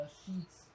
sheets